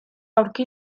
aurki